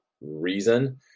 reason